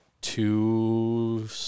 two